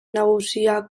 nagusia